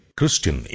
Christian